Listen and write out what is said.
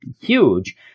huge